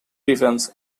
defense